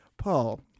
Paul